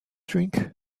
drink